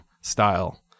style